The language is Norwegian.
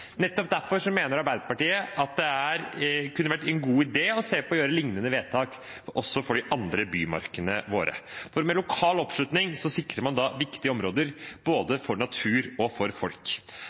Nettopp derfor mener Arbeiderpartiet at det kunne vært en god idé å gjøre lignende vedtak også for de andre bymarkene våre. Med lokal oppslutning sikrer man viktige områder både for natur og for folk.